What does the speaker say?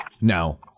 No